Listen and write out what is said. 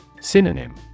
Synonym